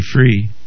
free